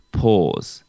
pause